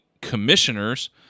Commissioners